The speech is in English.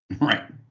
Right